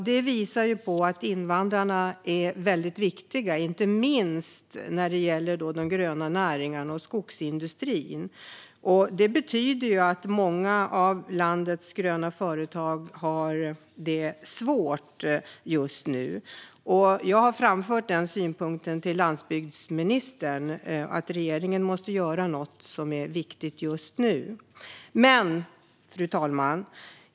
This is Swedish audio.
Det visar att invandrarna är mycket viktiga, inte minst när det gäller de gröna näringarna och skogsindustrin. Det betyder att många av landets gröna företag har det svårt just nu. Jag har framfört denna synpunkt till landsbygdsministern och att regeringen måste göra någonting som är viktigt just nu. Fru talman!